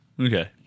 Okay